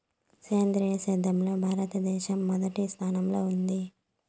సేంద్రీయ సేద్యంలో భారతదేశం మొదటి స్థానంలో ఉంది